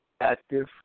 Active